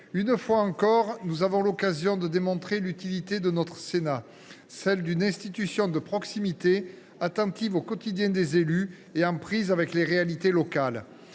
cette fois encore, nous avons l’occasion de démontrer l’utilité du Sénat, celle d’une institution de proximité, attentive au quotidien des élus et en prise avec les réalités locales.